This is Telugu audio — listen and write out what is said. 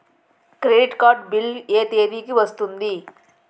క్రెడిట్ కార్డ్ బిల్ ఎ తేదీ కి వస్తుంది?